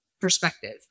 perspective